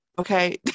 Okay